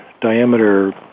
diameter